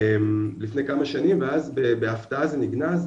לפני כמה שנים ואז בהפתעה זה נגנז,